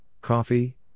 coffee